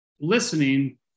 listening